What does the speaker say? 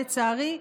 לצערי,